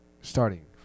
Starting